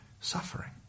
suffering